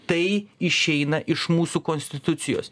tai išeina iš mūsų konstitucijos